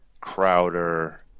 Crowder